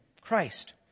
Christ